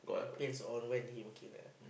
depends on when he working lah